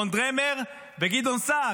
רון דרמר וגדעון סער,